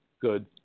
good